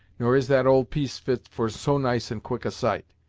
nor is that old piece fit for so nice and quick a sight.